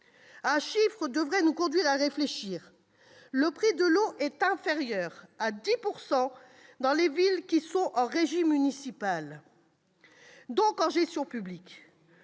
Un chiffre devrait nous faire réfléchir : le prix de l'eau est inférieur de 10 % dans les villes qui sont en régie municipale, donc en gestion publique.